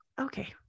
okay